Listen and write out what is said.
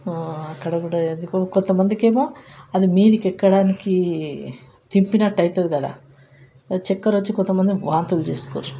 అక్కడ కూడా ఎందుకో కొంతమందికి ఏమో అది మీదకి ఎక్కడానికి తిప్పినట్టు అవుతుంది కదా చక్కర్ వచ్చి కొంతమంది వాంతులు చేసుకుర్రు